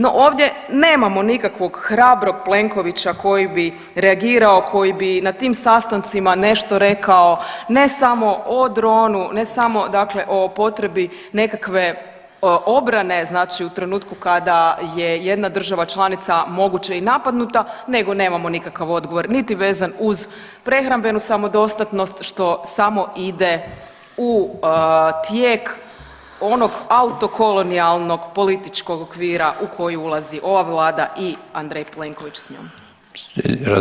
No, ovdje nemamo nikakvog hrabrog Plenkovića koji bi reagirao, koji bi na tim sastancima nešto rekao, ne samo o dronu, ne samo dakle o potrebni nekakve obrane znači u trenutku kada je jedna država članica moguće i napadnuta nego nemamo nikakav odgovor niti vezan uz prehrambenu samodostatnost što samo ide u tijek onog autokolonijalnog političkog okvira u koji ulazi ova vlada i Andrej Plenković s njom.